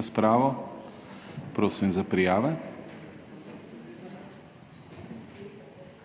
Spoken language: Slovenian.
razpravo. Prosim za prijave. Imamo